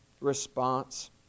response